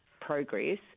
progress